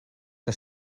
que